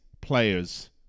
players